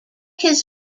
his